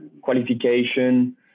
qualification